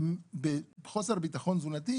בחוסר ביטחון תזונתי,